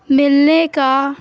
ملنے کا